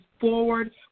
forward